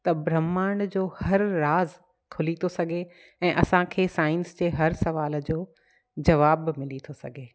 त ब्रहमांड जो हर राज़ु खुली थो सघे ऐं असांखे साइंस जे हर सुवाल जो जवाब बि मिली थो सघे